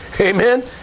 Amen